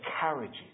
carriages